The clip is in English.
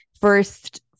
first